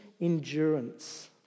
endurance